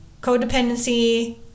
Codependency